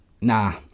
nah